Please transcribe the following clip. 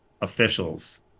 officials